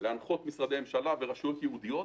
להנחות משרדי ממשלה ורשויות ייעודיות,